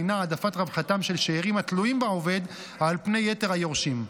שהיא העדפת רווחתם של שאירים התלויים בעובד על פני יתר היורשים.